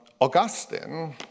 Augustine